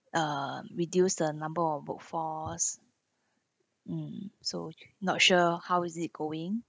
uh reduce the number of workforce mm so not sure how is it going